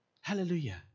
Hallelujah